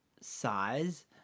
Size